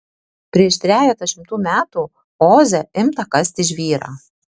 prieš trejetą šimtų metų oze imta kasti žvyrą